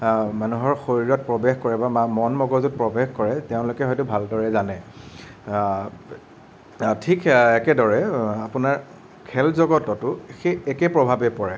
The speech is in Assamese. মানুহৰ শৰীৰত প্ৰৱেশ কৰে বা মন মগজুত প্ৰৱেশ কৰে তেওঁলোকে হয়তো ভালদৰে জানে ঠিক একেদৰে আপোনাৰ খেল জগততো সেই একে প্ৰভাৱে পৰে